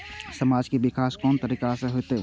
समाज के विकास कोन तरीका से होते?